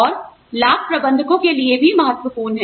और लाभ प्रबंधकों के लिए भी महत्वपूर्ण हैं